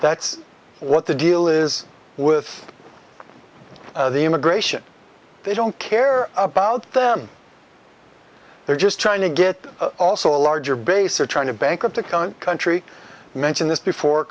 that's what the deal is with the immigration they don't care about them they're just trying to get also a larger base are trying to bankrupt country mention this before